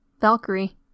Valkyrie